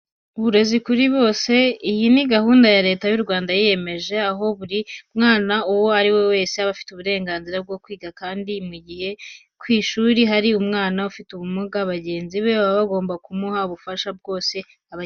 Uburezi kuri bose. Iyi ni gahunda Leta y'u Rwanda yiyemeje, aho buri mwana uwo ari we wese aba afite uburenganzira bwo kwiga, kandi mu gihe ku ishuri hari umwana ufite ubumuga, bagenzi be baba bagomba kumuha ubufasha bwose abakeneyeho.